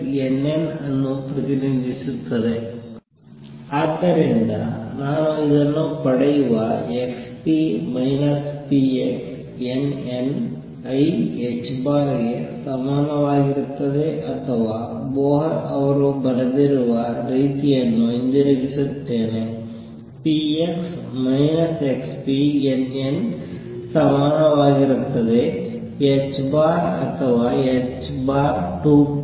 ಆದ್ದರಿಂದ ನಾನು ಇದನ್ನು ಪಡೆಯುವ nn i ಗೆ ಸಮನಾಗಿರುತ್ತದೆ ಅಥವಾ ಬೊರ್ ರವರು ಬರೆದ ರೀತಿಯನ್ನು ಹಿಂದಿರುಗಿಸುತ್ತೇನೆ nn ಸಮನಾಗಿರುತ್ತದೆ i ಅಥವಾ h2πi